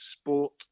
Sport